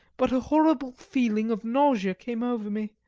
but a horrible feeling of nausea came over me,